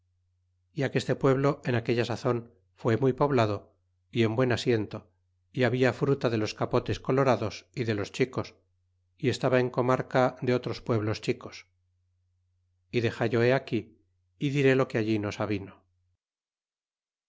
y aqueste pueblo en aquella sazon fué muy poblado y en buen asiento y habla fruta de los capotes colorados y de los chicos y estaba en comarca de otros pueblos chicos y dexallo he aquí y diré lo que allí nos avino